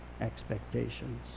expectations